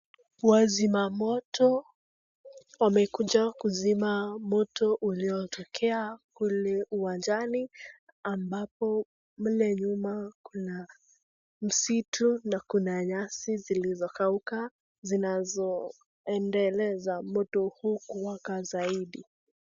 Wazima moto wamekuja kuzima moto uliotokea kule uwanjani ambapo kule nyuma kuna msitu na kuna nyasi zilizokauka zinazoendeleza moto kuwaka zaidi.